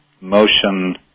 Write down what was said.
motion